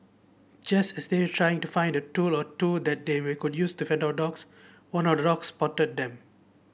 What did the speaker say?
just as they have trying to find the tool or two that they way could use to fend the dogs one of the dogs spotted them